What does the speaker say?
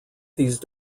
these